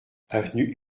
avenue